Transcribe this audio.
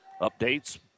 Updates